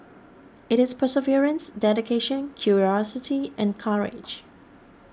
it is perseverance dedication curiosity and courage